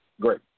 Great